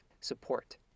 support